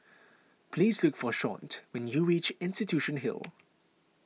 please look for Shawnte when you reach Institution Hill